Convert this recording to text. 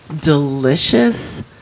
delicious